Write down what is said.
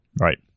Right